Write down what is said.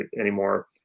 anymore